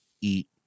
eat